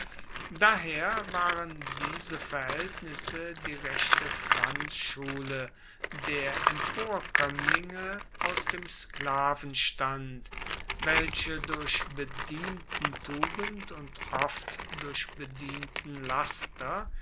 daher waren diese verhaeltnisse die rechte pflanzschule der emporkoemmlinge aus dem sklavenstand welche durch bediententugend und oft durch bedientenlaster